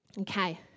okay